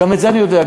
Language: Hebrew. גם את זה אני יודע,